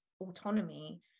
autonomy